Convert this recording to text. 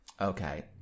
Okay